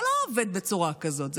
זה לא עובד בצורה כזאת.